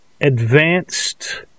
advanced